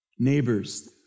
Neighbors